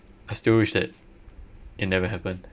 I still wish that it never happened